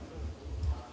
Hvala.